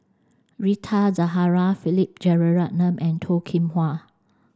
Rita Zahara Philip Jeyaretnam and Toh Kim Hwa